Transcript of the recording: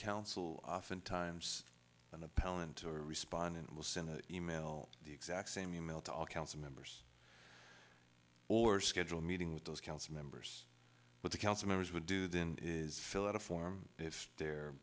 counsel often times when appellant or respondent will send an email the exact same e mail to all council members or schedule meeting with those council members with the council members would do then is fill out a form if they're